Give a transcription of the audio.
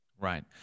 Right